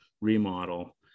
remodel